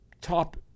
top